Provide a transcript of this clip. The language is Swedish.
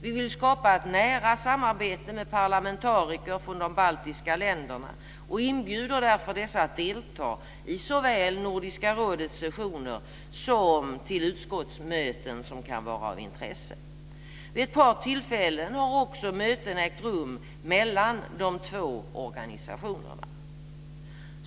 Vi vill skapa ett nära samarbete med parlamentariker från de baltiska länderna och inbjuder därför dessa att delta i såväl Nordiska rådets sessioner som utskottsmöten som kan vara av intresse. Vid ett par tillfällen har också möten ägt rum mellan de två organisationerna.